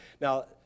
now